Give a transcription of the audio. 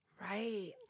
Right